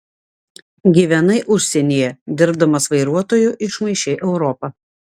gyvenai užsienyje dirbdamas vairuotoju išmaišei europą